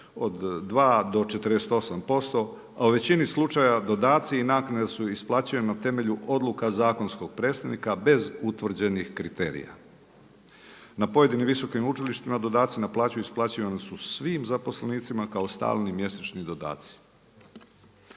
od 2 do 48%, a u većini slučajeva dodaci i naknade su isplaćivane na temelju odluka zakonskog predstavnika bez utvrđenih kriterija. Na pojedinim visokim učilištima dodaci na plaću isplaćivani su svim zaposlenicima kao stalni mjesečni dodaci.